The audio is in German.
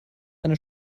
eine